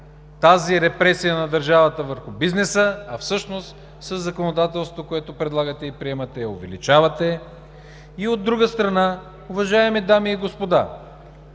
тази репресия на държавата върху бизнеса, а всъщност със законодателството, което предлагате и приемате, я увеличавате и, от друга страна, уважаеми дами и господа,